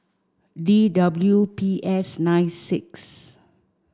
D W P S nine six